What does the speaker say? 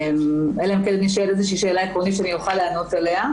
אלא אם כן תישאל איזו שאלה עקרונית שאני אוכל לענות עליה.